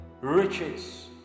Riches